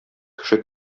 кеше